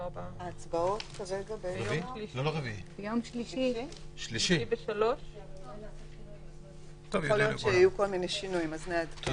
הישיבה ננעלה בשעה 20:05.